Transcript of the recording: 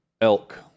elk